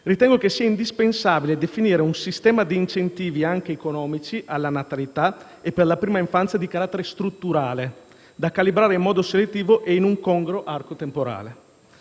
ritengo che sia indispensabile definire un sistema di incentivi anche economici alla natalità e per la prima infanzia di carattere strutturale, da calibrare in modo selettivo e in un congruo arco temporale.